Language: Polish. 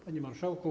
Panie Marszałku!